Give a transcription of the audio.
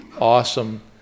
awesome